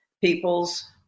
peoples